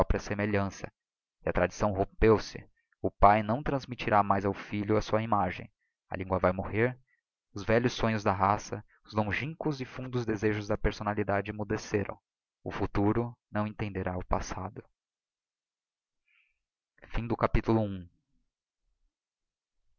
própria semelhança e a tradição rompeu se o pae não transmittirá mais ao filho a sua imagem a lingua vae morrer os velhos sonhos da raça os longinquos e fundos desejos da personalidade emmudeceram o futuro não entenderá o passado não